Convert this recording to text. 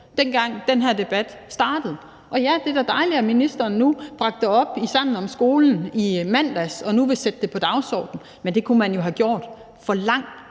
da den her debat startede. Og ja, det er da dejligt, at ministeren nu bragte det op i Sammen om skolen i mandags og nu vil sætte det på dagsordenen, men det kunne man jo have gjort for lang